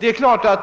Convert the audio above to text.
deras arbete.